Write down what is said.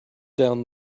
down